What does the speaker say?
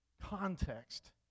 context